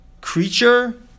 creature